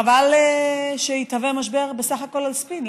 חבל שיתהווה משבר בסך הכול על ספין.